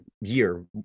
year